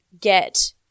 get